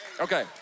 Okay